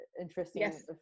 interesting